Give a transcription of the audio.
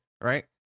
right